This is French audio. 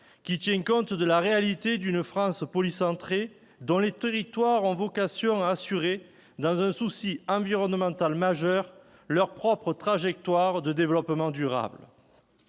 en compte la réalité d'une France polycentrée, dont les territoires ont vocation à assurer, dans la perspective d'un enjeu environnemental majeur, leur propre trajectoire de développement durable.